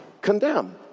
condemn